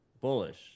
bullish